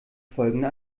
folgende